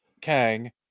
Kang